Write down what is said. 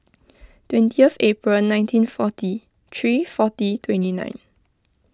twentieth April nineteen forty three forty twenty nine